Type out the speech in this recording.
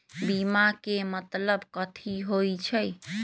बीमा के मतलब कथी होई छई?